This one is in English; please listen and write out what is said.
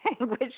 language